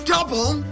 Double